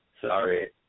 Sorry